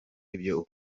ibyo